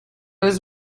was